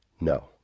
No